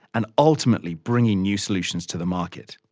and ultimately bringing new solutions to the market.